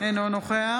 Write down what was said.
אינו נוכח